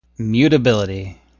Mutability